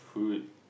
food